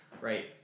right